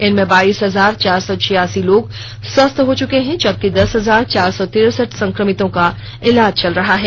इनमें बाइस हजार चार सौ छियासी लोग स्वस्थ हो चुके हैं जबकि दस हजार चार सौ तिरसठ संक्रमितों का इलाज चल रहा है